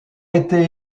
été